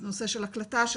את הנושא של הקלטה,